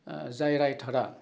जाय रायथारा